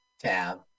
Tab